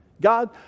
God